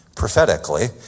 prophetically